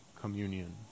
Communion